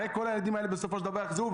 הרי כל הילדים האלה בסופו של דבר יחזרו,